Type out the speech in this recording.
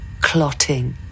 clotting